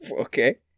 Okay